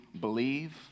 believe